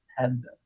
tender